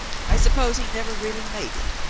i suppose he never really made it.